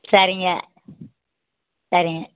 சரிங்க சரிங்க